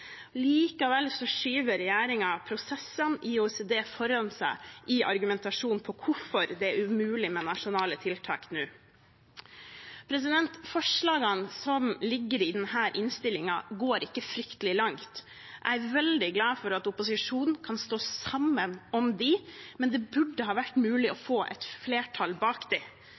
skyver regjeringen prosessene i OECD foran seg i argumentasjonen for hvorfor det er umulig med nasjonale tiltak nå. Forslagene som ligger i denne innstillingen, går ikke fryktelig langt. Jeg er veldig glad for at opposisjonen kan stå sammen om dem, men det burde ha vært mulig å få et flertall bak dem. Regjeringen har selv sagt at de